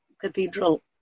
cathedral